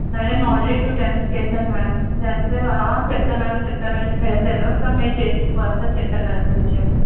madam already two times చేసాను madam చేస్తే చెప్తాను మ్యాడం చెప్తాను అని పెట్టేసారు సో మీరు చేసి ప్రాసస్ చెప్పండి మ్యాడం కొంచెం